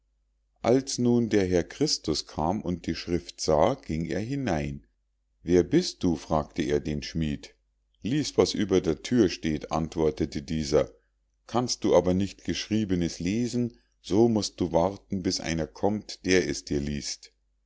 als nun der herr christus kam und die schrift sah ging er hinein wer bist du fragte er den schmied lies was über der thür steht antwortete dieser kannst du aber nicht geschriebenes lesen so musst du warten bis einer kommt der es dir lies't